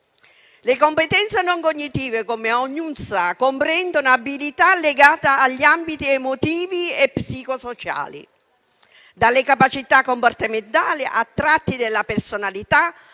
Le competenze non cognitive - come ognuno sa - comprendono abilità legate agli ambiti emotivi e psicosociali, dalle capacità comportamentali a tratti della personalità